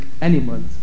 animals